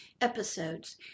episodes